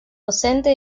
docente